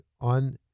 on